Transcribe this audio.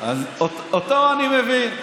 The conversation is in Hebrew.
אני אומר לך, אותו אני מבין.